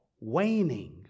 waning